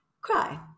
cry